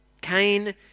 Cain